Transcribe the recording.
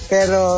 Pero